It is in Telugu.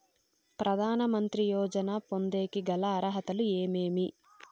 ప్రధాన మంత్రి యోజన పొందేకి గల అర్హతలు ఏమేమి?